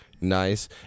Nice